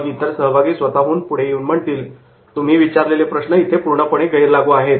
मग इतर सहभागी स्वतःहून पुढे येऊन म्हणतील 'तुम्ही विचारलेले हे प्रश्न इथे पूर्णपणे गैरलागू आहेत